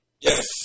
Yes